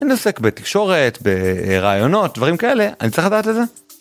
אני עוסק בתקשורת, ברעיונות, דברים כאלה, אני צריך לדעת את זה.